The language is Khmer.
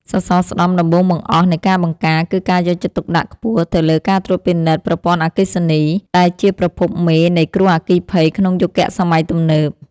សសរស្ដម្ភដំបូងបង្អស់នៃការបង្ការ គឺការយកចិត្តទុកដាក់ខ្ពស់ទៅលើការត្រួតពិនិត្យប្រព័ន្ធអគ្គិសនី ដែលជាប្រភពមេនៃគ្រោះអគ្គីភ័យក្នុងយុគសម័យទំនើប។